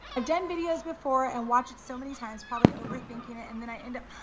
i've done videos before and watch it so many times probably overthinking it and then i ended up,